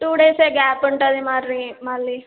two days gap ఉంటుంది మరి మళ్ళీ